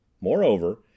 Moreover